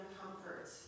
comfort